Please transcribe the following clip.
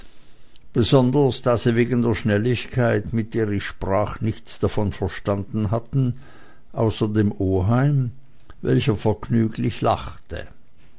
besonders da sie wegen der schnelligkeit mit der ich sprach nichts davon verstanden hatten außer dem oheim welcher vergnüglich lachte